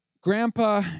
grandpa